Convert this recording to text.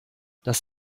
das